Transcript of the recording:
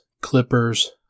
Clippers